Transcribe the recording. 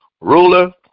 ruler